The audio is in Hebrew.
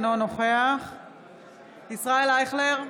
אינו נוכח ישראל אייכלר,